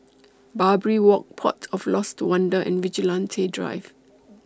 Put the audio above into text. Barbary Walk Port of Lost Wonder and Vigilante Drive